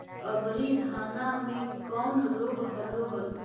अबरि धाना मे कौन रोग हलो हल?